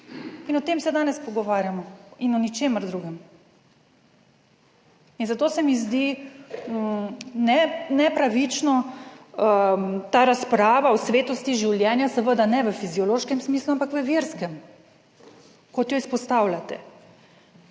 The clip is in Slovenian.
In o tem se danes pogovarjamo in o ničemer drugem. In zato se mi zdi nepravično ta razprava o svetosti življenja, seveda ne v fiziološkem smislu, ampak v verskem kot jo izpostavljate.